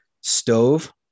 stove